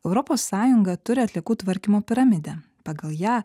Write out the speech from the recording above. europos sąjunga turi atliekų tvarkymo piramidę pagal ją